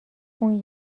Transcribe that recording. اون